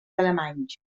alemanys